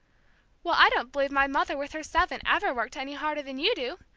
well, i don't believe my mother with her seven ever worked any harder than you do!